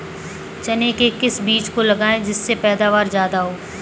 चने के किस बीज को लगाएँ जिससे पैदावार ज्यादा हो?